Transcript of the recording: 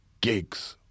gig's